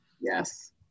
Yes